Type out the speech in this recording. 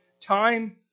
time